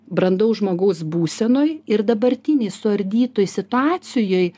brandaus žmogaus būsenoj ir dabartinėj suardytoj situacijoj